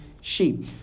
sheep